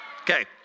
Okay